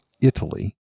Italy